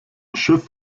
schiff